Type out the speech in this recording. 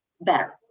better